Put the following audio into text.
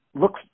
looks